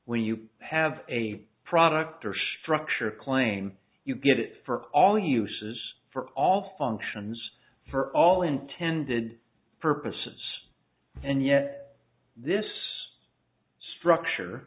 when you have a product or structure claim you get it for all uses for all functions for all intended purposes and yet this structure